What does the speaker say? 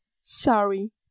Sorry